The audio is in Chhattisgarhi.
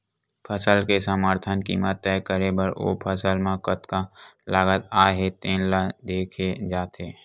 फसल के समरथन कीमत तय करे बर ओ फसल म कतका लागत आए हे तेन ल देखे जाथे